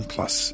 Plus